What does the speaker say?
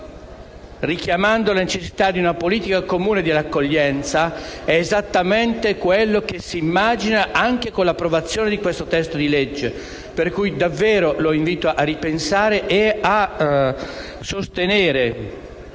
richiamando la necessità di una politica comune di accoglienza, è esattamente quello che si immagina anche con l'approvazione di questo testo di legge. Per cui davvero lo invito a ripensare e a sostenere